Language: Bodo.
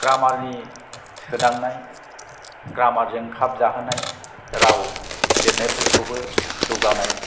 ग्रामार नि सोदांनाय ग्रामार जों खाब जाहोनाय राव लिरनायफोरखौबो जौगानाय